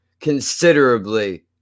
considerably